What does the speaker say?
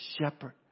shepherd